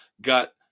got